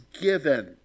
given